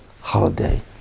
holiday